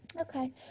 Okay